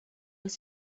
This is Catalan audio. els